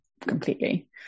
completely